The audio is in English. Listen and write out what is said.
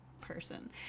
person